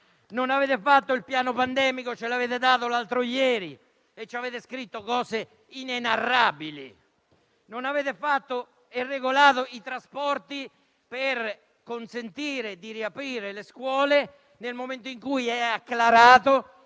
Non avete fatto il piano pandemico, che ci avete consegnato l'altro ieri, sul quale avete scritto cose inenarrabili. Non avete fatto e regolato i trasporti per consentire di riaprire le scuole nel momento in cui è acclarato